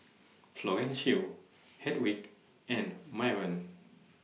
Florencio Hedwig and Myron